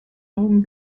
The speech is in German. augen